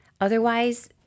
Otherwise